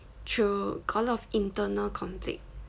true got a lot of internal conflict